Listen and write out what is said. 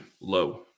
low